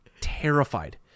terrified